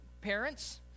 parents